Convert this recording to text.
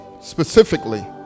Specifically